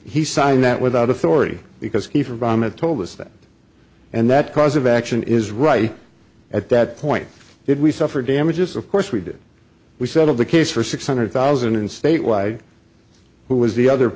he signed that without authority because he for obama told us that and that cause of action is right at that point did we suffer damages of course we did we settled the case for six hundred thousand and statewide who was the other